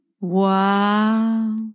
Wow